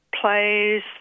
plays